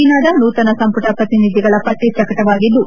ಚೀನಾದ ನೂತನ ಸಂಪುಟ ಪ್ರತಿನಿಧಿಗಳ ಪಟ್ಷ ಪ್ರಕಟವಾಗಿದ್ಲು